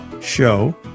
Show